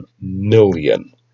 million